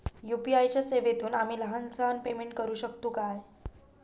UPI च्या सेवेतून आम्ही लहान सहान पेमेंट करू शकतू काय?